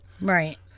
Right